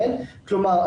כלומר,